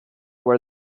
where